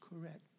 correct